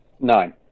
Nine